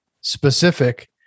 specific